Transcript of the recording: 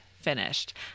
finished